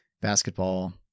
basketball